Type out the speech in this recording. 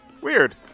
Weird